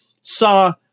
Saw